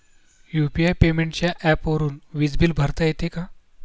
UPI पेमेंटच्या ऍपवरुन वीज बिल भरता येते का?